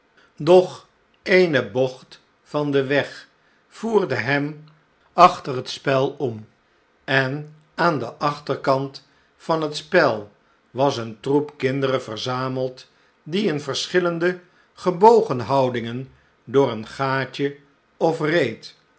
doch eene bocht van den weg voerde hem achter het spel om en aan den achterkant van het spel was een troep kinderen verzameld die in verschillende gebogen houdingen door een gaatje of reet